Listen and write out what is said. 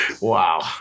wow